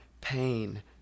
pain